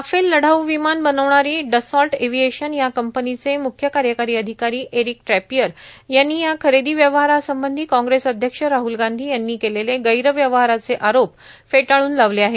Rafale लढाऊ विमान बनवणारी डसॉल्ट एव्हिएशन या कंपनीचे मुख्य कार्यकारी अधिकारी एरिक ट्रपियर यांनी या खरेदी व्यवहारासंबंधी काँग्रेस अध्यक्ष राहल गांधी यांनी केलेले गैरव्यवहाराचे आरोप फेटाळून लावले आहेत